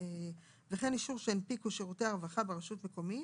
וכן אישור שהנפיקו שירותי הרווחה ברשות מקומית,